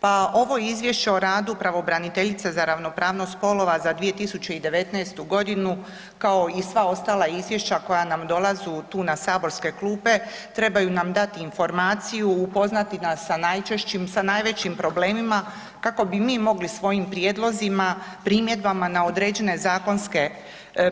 Pa ovo Izvješće o radu pravobraniteljice za ravnopravnost spolova za 2019.-tu godinu kao i sva ostala Izvješća koja nam dolazu tu na saborske klupe, trebaju nam dati informaciju, upoznati nas sa najčešćim, sa najvećim problemima kako bi mi mogli svojim prijedlozima, primjedbama na određene zakonske